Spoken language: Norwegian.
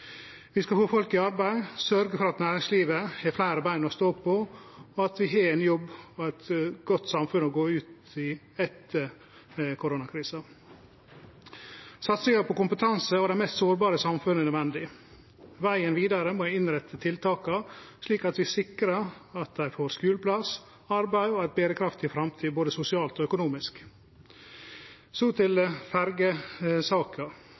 Vi skal få folk i arbeid, sørgje for at næringslivet har fleire bein å stå på, og at vi har ein jobb og eit godt samfunn å gå til etter koronakrisa. Satsing på kompetanse og dei mest sårbare i samfunnet er nødvendig. Vegen vidare må innrette tiltaka slik at vi sikrar at ein får skuleplass, arbeid og ei berekraftig framtid både sosialt og økonomisk. Så til